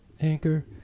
Anchor